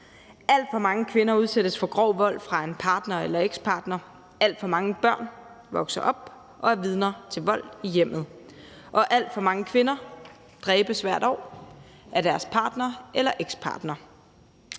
Alt for mange kvinder udsættes for grov vold fra en partner eller ekspartner, alt for mange børn vokser op og er vidner til vold i hjemmet, og alt for mange kvinder dræbes hvert år af deres partner eller ekspartner.